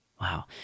wow